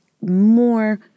more